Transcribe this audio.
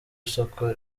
isoko